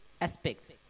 aspects